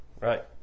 right